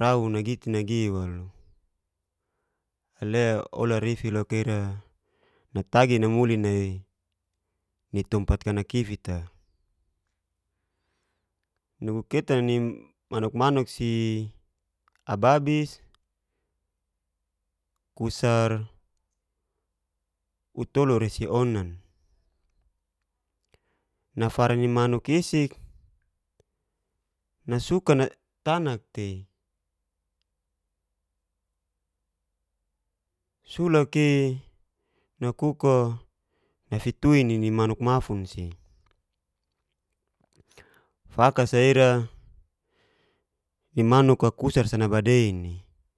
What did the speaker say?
rau nagi te nagi walu ale olarifi loka ira natagi namuli nai nitompat kanakifit'a, nugu ketan'a ni manuk- manuk si abais kusar utolu serionana, nafara ni manuk isik nasuk natanak tei usak'i nakuko nfitun'i ni manuk mafun si. Faka saira nimanuka kusar sa nabadein'i.